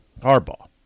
harbaugh